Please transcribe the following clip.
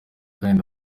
kandi